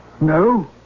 No